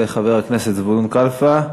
יעלה חבר הכנסת זבולון קלפה,